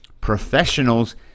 Professionals